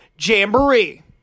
Jamboree